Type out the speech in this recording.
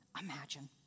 imagine